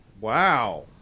Wow